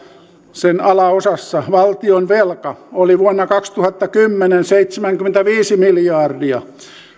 sen alaosassa valtionvelka vuonna kaksituhattakymmenen oli seitsemänkymmentäviisi miljardia